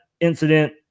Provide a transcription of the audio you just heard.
incident